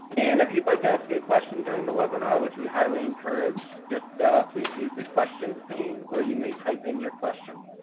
and if you'd like to ask any question during the webinar which we highly encourage, just please use the question pane where you may type in your question.